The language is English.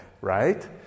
right